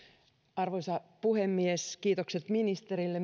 arvoisa puhemies kiitokset ministerille